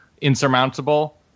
insurmountable